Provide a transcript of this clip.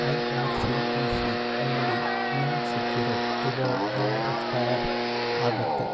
I R C T ಸಿನಲ್ಲಿ ನಂಗೆ ಸಿಕ್ಕಿರೋ ರಿವಾರ್ಡ್ ಯಾವಾಗ ಎಕ್ಸ್ಪಾಯರ್ ಆಗುತ್ತೆ